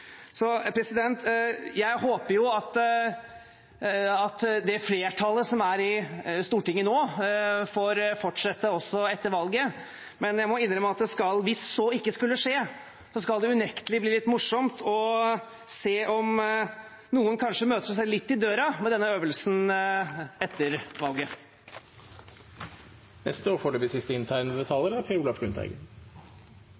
Jeg håper at det flertallet som er i Stortinget nå, får fortsette også etter valget, men jeg må innrømme at hvis det ikke skulle skje, skal det unektelig bli litt morsomt å se om noen kanskje møter seg selv litt i døra med denne øvelsen etter valget.